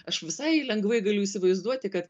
aš visai lengvai galiu įsivaizduoti kad